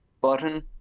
button